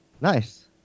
Nice